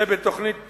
זה היה בתוכנית